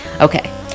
Okay